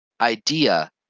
idea